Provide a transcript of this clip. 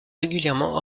régulièrement